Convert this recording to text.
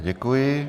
Děkuji.